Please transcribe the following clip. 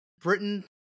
Britain